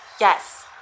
Yes